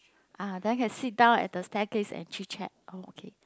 ah then can sit down at the staircase and chit chat oh okay